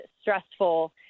stressful